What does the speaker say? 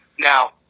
Now